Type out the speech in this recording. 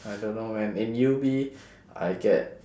I don't know man in U_B I get